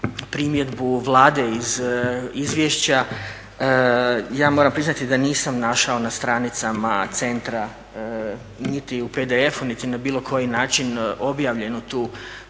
primjedbu Vlade iz izvješća. Ja moram priznati da nisam našao na stranicama centra niti u pdf-u niti na bilo koji način objavljeno